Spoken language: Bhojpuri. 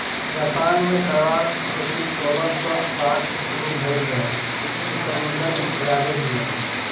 जापान में शैवाल के खेती सोलह सौ साठ से शुरू भयल रहे इ समुंदर के किनारे भी होला